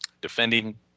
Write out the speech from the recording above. defending